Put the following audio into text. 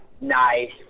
Nice